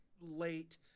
late